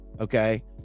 okay